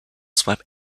swipe